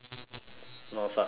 no such song found